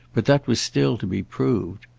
but that was still to be proved.